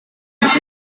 mulai